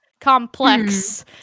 complex